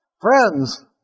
Friends